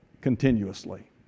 continuously